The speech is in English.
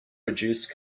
reduced